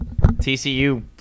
TCU